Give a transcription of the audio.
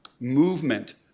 movement